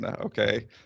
Okay